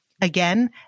Again